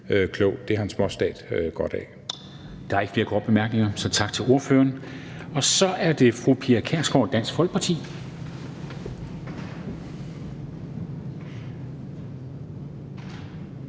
(Henrik Dam Kristensen): Der er ikke flere korte bemærkninger, så tak til ordføreren. Og så er det fru Pia Kjærsgaard, Dansk Folkeparti.